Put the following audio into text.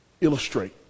illustrate